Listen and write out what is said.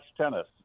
tennis